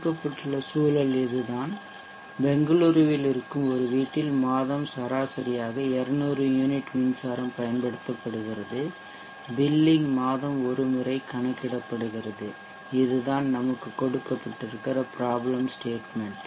கொடுக்கப்பட்டுள்ள சூழல் இதுதான் பெங்களூருவில் இருக்கும் ஒரு வீட்டில் மாதம் சராசரியாக 200 யூனிட் மின்சாரம் பயன்படுத்தப்படுகிறது பில்லிங் மாதம் ஒருமுறை கணக்கிடப்படுகிறது இதுதான் நமக்கு கொடுக்கப் பட்டிருக்கிற பிராப்ளம் ஸ்டேட்மெண்ட்